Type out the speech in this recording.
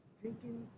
drinking